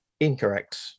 Incorrect